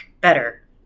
better